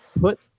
put